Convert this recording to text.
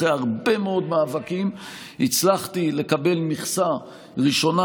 אחרי הרבה מאוד מאבקים הצלחתי לקבל מכסה ראשונה